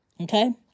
okay